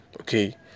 Okay